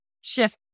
shift